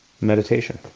meditation